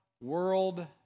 world